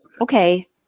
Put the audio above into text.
Okay